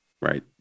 Right